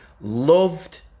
Loved